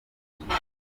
yafashe